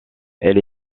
elle